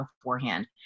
beforehand